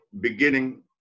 beginning